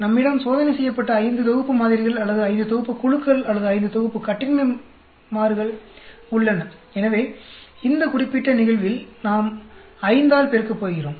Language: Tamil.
நம்மிடம் சோதனை செய்யப்பட்ட ஐந்து தொகுப்பு மாதிரிகள் அல்லது ஐந்து தொகுப்பு குழுக்கள் அல்லது ஐந்து தொகுப்பு கட்டின்மை மாறிகள் உள்ளன எனவே இந்த குறிப்பிட்ட நிகழ்வில் நாம் 5 ஆல் பெருக்கப் போகிறோம்